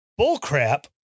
Bullcrap